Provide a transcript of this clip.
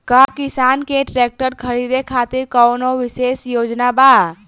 का किसान के ट्रैक्टर खरीदें खातिर कउनों विशेष योजना बा?